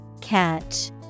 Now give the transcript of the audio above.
Catch